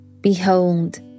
Behold